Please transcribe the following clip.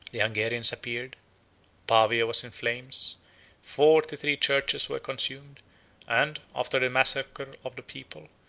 the hungarians appeared pavia was in flames forty-three churches were consumed and, after the massacre of the people,